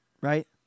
Right